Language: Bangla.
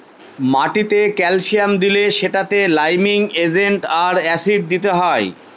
মাটিতে ক্যালসিয়াম দিলে সেটাতে লাইমিং এজেন্ট আর অ্যাসিড দিতে হয়